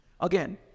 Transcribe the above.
Again